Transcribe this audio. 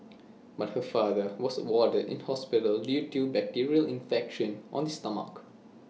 but her father was warded in hospital due to bacterial infection of the stomach